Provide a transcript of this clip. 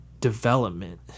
development